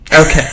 okay